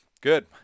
Good